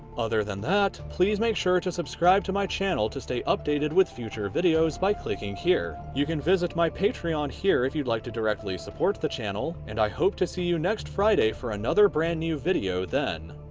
other than that please make sure to subscribe to my channel to stay updated with future videos by clicking here. you can visit my patreon here if you'd like to directly support the channel and i hope to see you next friday for another brand new video then.